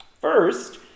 First